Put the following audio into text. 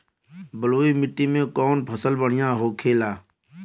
बलुई मिट्टी में कौन फसल बढ़ियां होखे ला?